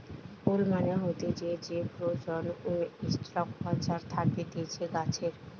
ফুল মানে হতিছে যে প্রজনন স্ট্রাকচার থাকতিছে গাছের